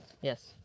yes